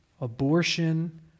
abortion